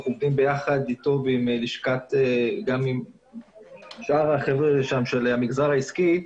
אנחנו עובדים ביחד אתו וגם עם שאר החבר'ה של הגזר העסקי.